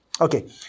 Okay